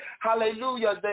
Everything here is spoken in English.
Hallelujah